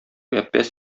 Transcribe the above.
әппәз